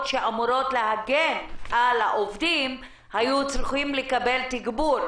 שאמורות להגן על העובדים היו צריכות לקבל תגבור,